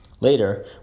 Later